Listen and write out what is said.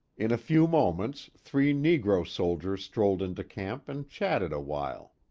in a few moments three negro soldiers strolled into camp and chatted awhile.